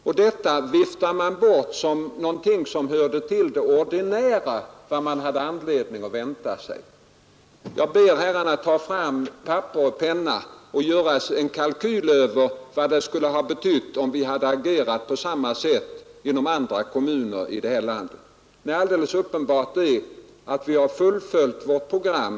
Och detta viftar man bort som någonting som hör till det ordinära, som man hade anledning att vänta sig! Jag ber herrarna ta fram papper och penna och göra en kalkyl över vad det skulle ha betytt. om vi hade agerat på samma sätt inom andra kommuner i det här landet. Nej, alldeles uppenbart är att vi har fullföljt vårt program.